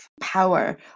power